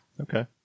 Okay